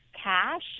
Cash